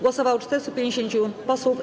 Głosowało 450 posłów.